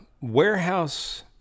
Warehouse